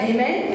Amen